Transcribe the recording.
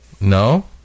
no